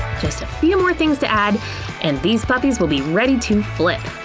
just a few more things to add and these puppies will be ready to flip!